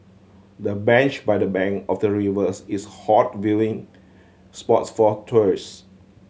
the bench by the bank of the rivers is hot viewing spots for tourist